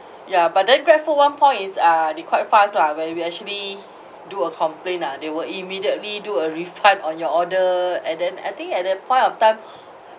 ya but then grabfood one point is uh they quite fast lah when we actually do a complain lah they will immediately do a refund on your order and then I think at that point of time